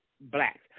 Blacks